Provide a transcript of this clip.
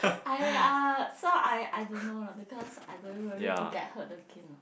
I uh so I I don't know lah because I very worried to get hurt again lah